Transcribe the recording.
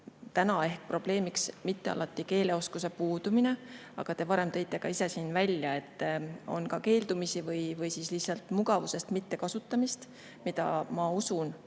täna probleemiks alati keeleoskuse puudumine. Te varem tõite ka ise siin välja, et on ka keeldumisi või lihtsalt mugavusest mittekasutamist, mida paljudes